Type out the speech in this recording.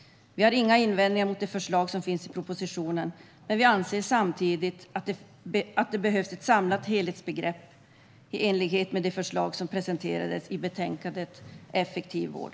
Vi har inga invändningar mot de förslag som finns i propositionen, men vi anser samtidigt att det behövs ett samlat helhetsgrepp i enlighet med de förslag som presenterades i betänkandet Effektiv vård .